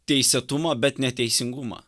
teisėtumą bet neteisingumą